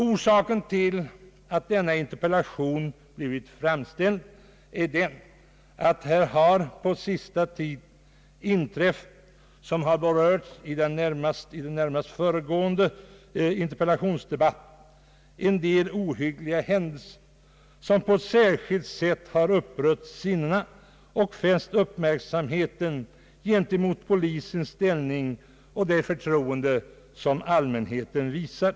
Orsaken till att denna interpellation blivit framställd är att det på sista tiden inträffat en del ohyggliga händelser som på ett särskilt sätt har upprört sinnena och fäst uppmärksamheten på polisens ställning och aktualiserat det förtroende som allmänheten visar.